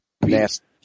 nasty